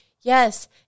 yes